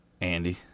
andy